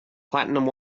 platinum